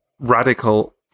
radical